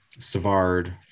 Savard